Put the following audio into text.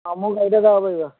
অ মোৰ গাড়ীতে যাব পাৰিবা